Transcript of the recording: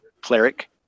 cleric